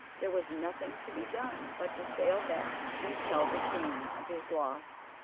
there was nothing to be done but to sail back and tell the king of his loss.